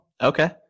Okay